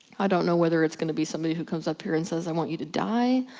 i don't know whether it's gonna be somebody who comes up here and says i want you to die.